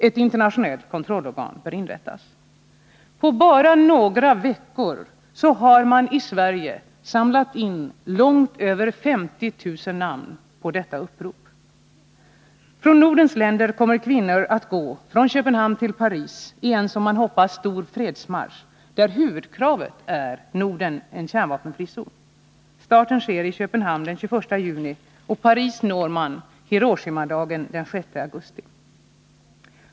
Ett internationellt kontrollorgan bör inrättas. På bara några veckor har man i Sverige samlat in långt över 50 000 namn på detta upprop. Från Nordens länder kommer kvinnor att gå från Köpenhamn till Paris i en, som man hoppas, stor fredsmarsch, där huvudkravet är ”Norden — kärnvapenfri zon”. Starten sker i/Köpenhamn den 21 juni, och Paris når man på Hiroshimadagen den 6 augusti.